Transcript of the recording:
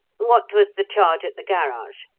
what was the charge at the garage?